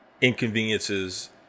inconveniences